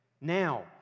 Now